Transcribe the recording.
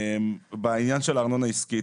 בעניין של הארנונה העסקית,